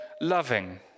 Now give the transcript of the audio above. loving